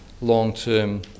long-term